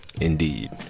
Indeed